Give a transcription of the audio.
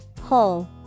Hole